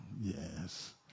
Yes